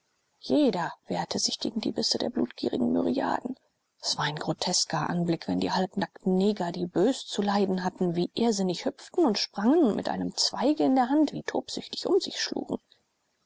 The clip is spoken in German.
jeder wehrte sich gegen die bisse der blutgierigen myriaden es war ein grotesker anblick wenn die halbnackten neger die bös zu leiden hatten wie irrsinnig hüpften und sprangen und mit einem zweige in der hand wie tobsüchtig um sich schlugen